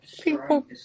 people